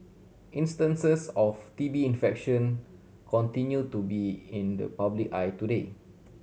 instances of T B infection continue to be in the public eye today